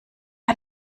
hat